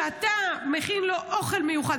כשאתה מכין לו אוכל מיוחד,